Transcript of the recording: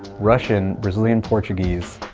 russian, brazilian portuguese.